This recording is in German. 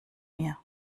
mir